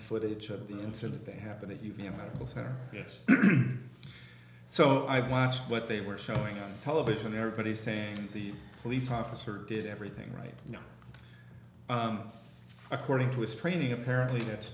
footage of the incident that happened at uva a medical center yes so i watched what they were showing on television everybody saying the police officer did everything right now according to his training apparently that's